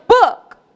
book